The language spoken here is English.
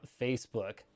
Facebook